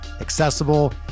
accessible